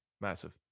Massive